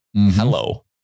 Hello